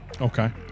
Okay